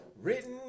Written